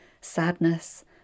sadness